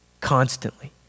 constantly